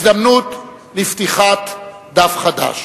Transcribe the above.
הזדמנות לפתיחת דף חדש.